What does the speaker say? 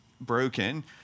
broken